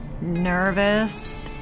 Nervous